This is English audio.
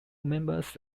members